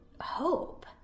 hope